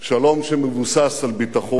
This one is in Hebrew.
שלום שמבוסס על ביטחון.